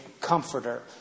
comforter